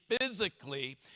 physically